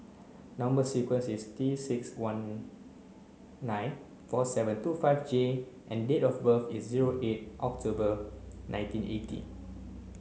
number sequence is T six one nine four seven two five J and date of birth is zero eight October nineteen eighty